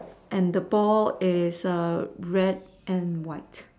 and the ball is red and white